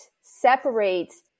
separates